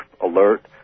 alert